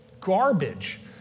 garbage